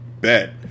Bet